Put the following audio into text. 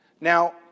Now